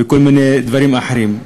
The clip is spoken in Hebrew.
וכל מיני דברים אחרים.